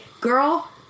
girl